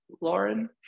Lauren